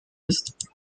ist